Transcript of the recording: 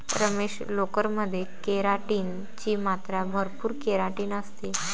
रमेश, लोकर मध्ये केराटिन ची मात्रा भरपूर केराटिन असते